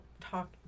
talk